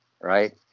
Right